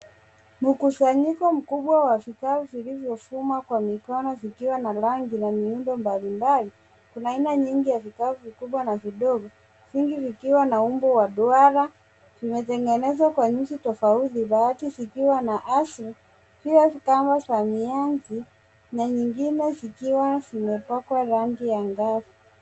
Mkusanyiko mkubwa wa vikapu vilivyofumwa kwa mikono vikiwa na rangi na muundo mbalimbali. Kuna aina nyingi ya vikapu vikubwa na vidogo; vingi vikiwa na umbo wa duara. Zimetengenezwa kwa nyuzi tofauti baadhi zikiwa na asi pia kupangwa kwa mianzi na nyingine zikiwa zimepakwa rangi angavu.